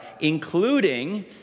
including